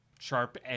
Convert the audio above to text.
sharp